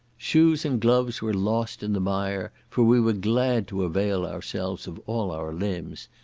shoes and gloves were lost in the mire, for we were glad to avail ourselves of all our limbs,